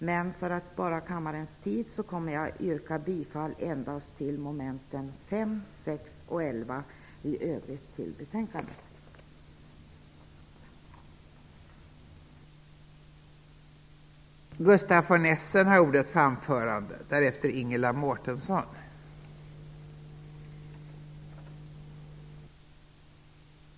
Men för att spara kammarens tid yrkar jag endast bifall till meningsyttringen vad avser mom.5, 6 och 11. och i övrigt till utskottets hemställan.